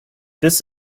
this